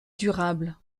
durable